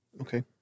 Okay